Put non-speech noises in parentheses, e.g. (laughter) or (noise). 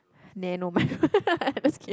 nano micro (laughs)